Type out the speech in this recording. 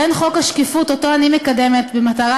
בין חוק השקיפות שאותו אני מקדמת במטרה